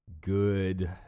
good